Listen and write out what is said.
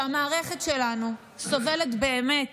שהמערכת שלנו סובלת באמת